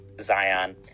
zion